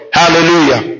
hallelujah